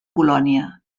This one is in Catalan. colònia